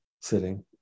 sitting